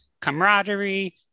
camaraderie